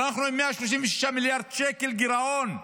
אנחנו עם 136 מיליארד שקל גירעון,